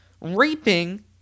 raping